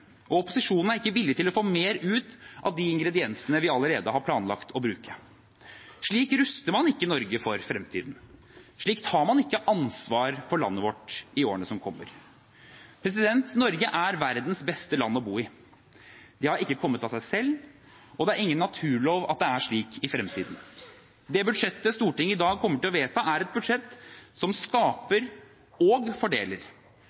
og opposisjonen er ikke villig til å få mer ut av de ingrediensene vi allerede har planlagt å bruke. Slik ruster man ikke Norge for fremtiden. Slik tar man ikke ansvar for landet vårt i årene som kommer. Norge er verdens beste land å bo i. Det har ikke kommet av seg selv, og det er ingen naturlov at det er slik i fremtiden. Det budsjettet Stortinget i dag kommer til å vedta, er et budsjett som skaper og fordeler.